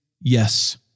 yes